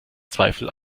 zweifel